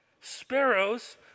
Sparrows